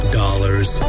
dollars